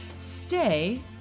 stay